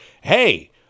hey